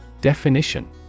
Definition